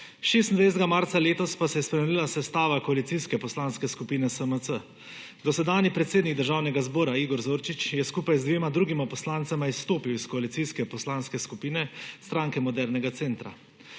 26. marca letos pa se je spremenila sestava koalicijske poslanske skupine SMC. Dosedanji predsednik Državnega zbora Igor Zorčič je skupaj z dvema drugima poslancema izstopil iz koalicijske poslanske skupine Stranke modernega centra.